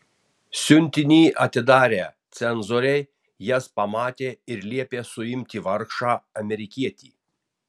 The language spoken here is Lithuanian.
siuntinį atidarę cenzoriai jas pamatė ir liepė suimti vargšą amerikietį